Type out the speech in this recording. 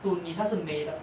to 你她是美的